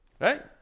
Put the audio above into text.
Right